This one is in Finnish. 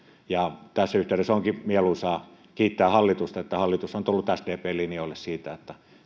ja tässä yhteydessä onkin mieluisaa kiittää hallitusta että hallitus on tullut sdpn linjoille siinä että